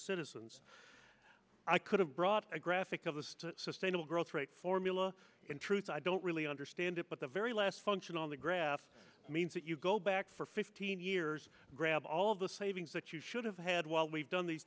citizens i could have brought a graphic of the sustainable growth rate formula in truth i don't really understand it but the very last function on the graph means that you go back for fifteen years grab all of the savings that you should have had while we've done these